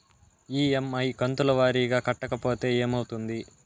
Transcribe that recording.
EMI కంతుల వారీగా కట్టకపోతే ఏమవుతుంది?